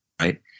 Right